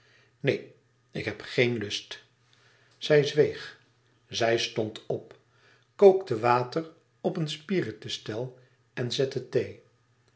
neen ik heb geen lust zij zweeg zij stond op kookte water op een spiritusstel en zette thee